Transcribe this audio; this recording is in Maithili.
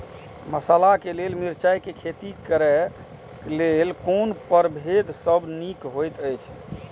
मसाला के लेल मिरचाई के खेती करे क लेल कोन परभेद सब निक होयत अछि?